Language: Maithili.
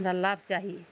हमरा लाभ चाही